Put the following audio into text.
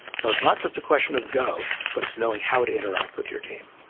so it's not just a question of go, but it's knowing how to interact with your team.